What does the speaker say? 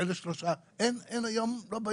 אין היום, לא באים.